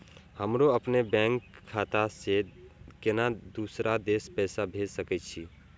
हमरो अपने बैंक खाता से केना दुसरा देश पैसा भेज सके छी?